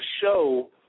show